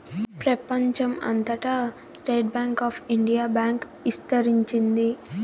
ప్రెపంచం అంతటా state bank of India bank ఇస్తరించింది